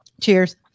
Cheers